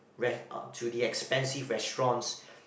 went out to the expensive restaurants